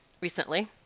recently